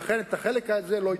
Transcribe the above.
לכן, את החלק הזה לא הציגו.